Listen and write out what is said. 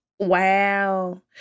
Wow